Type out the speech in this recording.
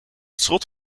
schot